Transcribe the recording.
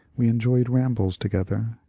we enjoyed rambles together.